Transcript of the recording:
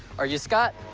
are you scott?